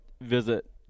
visit